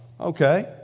okay